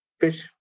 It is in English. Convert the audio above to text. fish